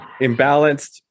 imbalanced